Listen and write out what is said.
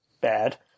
bad